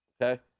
okay